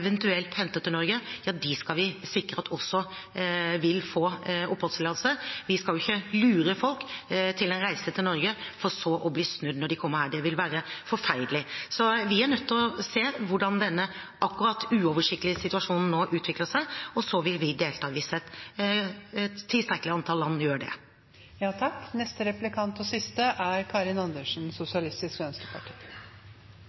til Norge, skal få oppholdstillatelse. Vi skal jo ikke lure folk til en reise til Norge, for så at de skal oppleve å bli snudd når de kommer hit. Det ville være forferdelig. Vi er nødt til å se hvordan denne situasjonen, som akkurat nå er uoversiktlig, utvikler seg. Og så vil vi delta hvis et tilstrekkelig antall land gjør det. Det er mye spill og spetakkel i denne saken man kunne kommentert. Jeg synes det er